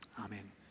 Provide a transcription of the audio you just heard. Amen